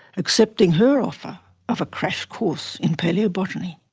accepting her offer of a crash course in palaeobotany.